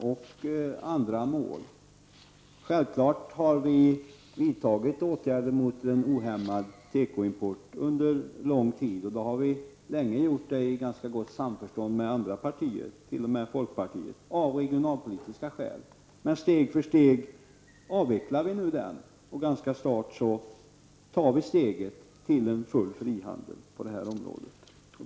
Socialdemokraterna har självfallet under lång tid vidtagit åtgärder mot en ohämmad tekoimport, och det har vi länge gjort av regionalpolitiska skäl i ganska gott samförstånd med andra partier, t.o.m. folkpartiet. Men steg för steg avvecklar vi nu dessa restriktioner, och ganska snart tar vi steget till en full frihandel på detta område.